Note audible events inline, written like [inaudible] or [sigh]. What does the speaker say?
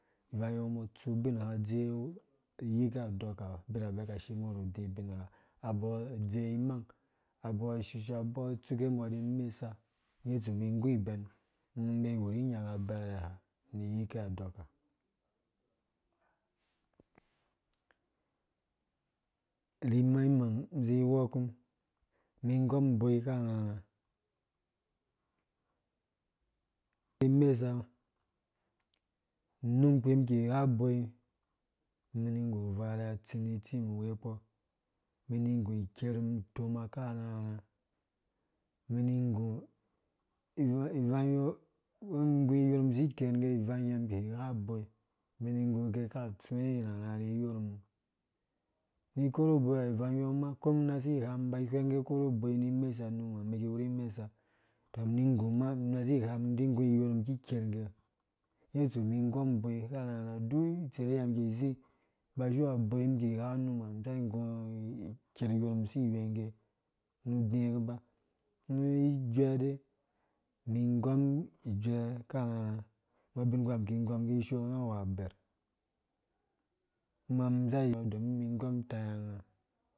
Ivangyɔ umbɔ atsu ubingh adzee, ayihe aɔka birabɛ ka shimbɔ ru udi ubingha, abɔɔ adzee imang, abɔɔ ashisha aboɔ atsuke umbɔ ri imesa ngye itsu umum iga ibɛn inbee iwuri nyaka abɛrɛ ha ni iyike adɔka imang mang zi iwɔkum mi ingɔm uboi karharha ri imesa unumkpi in ki igha uboi mi ini ingu uvarea utsi ni itsim uwekpɔɔ umum ini igu ikermum itoma karharha umum mi ingu [hesitation] ivang yɔ umum igú iyormum si ikerngge ivangyɛ umum ki igha uboi, umum ini igú ugɛɛ ka atsuwe irharha ri iyormum ni ikeru uboi ha bivangyɔ ma ko inasi igham, inba ihwɛng gɛ a koru boi ni mesa numa, umɛn ki iwuru imesa tɔ umum ni igu ma inasi igham idi igu iyornum ki ikerngge ngge itsu umum ingɔm uboi karharha duk itser iyi ha umum ki izi ba si wea uboi iki igha unuma isaki ingu iyormum si ikerngge ru [unintelligible] ni ijue dai mi igɔm ijue karharha bɔr ubinkpu ha umum ki ingɔm kishoo unga awu aberh kuma unum [unintelligible] ingɔm itaya unga